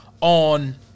on